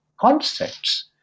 concepts